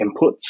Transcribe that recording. inputs